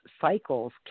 cycles